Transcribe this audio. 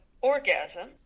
orgasm